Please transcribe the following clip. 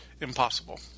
impossible